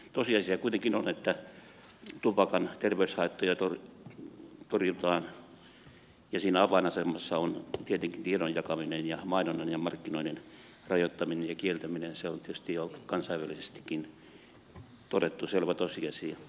tosiasia kuitenkin on että tupakan terveyshaittoja torjutaan ja siinä avainasemassa ovat tietenkin tiedon jakaminen ja mainonnan ja markkinoinnin rajoittaminen ja kieltäminen se on tietysti jo kansainvälisestikin todettu selvä tosiasia